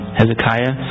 hezekiah